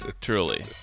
truly